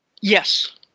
Yes